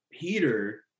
Peter